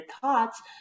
thoughts